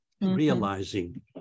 realizing